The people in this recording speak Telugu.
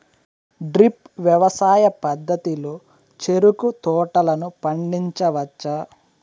డ్రిప్ వ్యవసాయ పద్ధతిలో చెరుకు తోటలను పండించవచ్చా